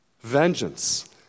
Vengeance